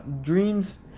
dreams